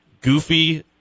goofy